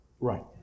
Right